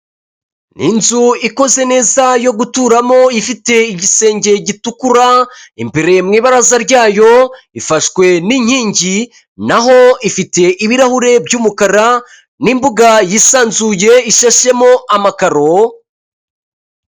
Inzu ikoze neza yo guturamo ifite igisenge gitukura imbere mu ibaraza ryayo ifashwe n'inkingi naho ifite ibirahuri by'umukara n'imbuga yisanzuye ishashemo amakaro .